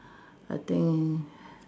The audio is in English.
I think